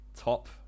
Top